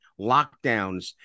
lockdowns